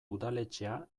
udaletxea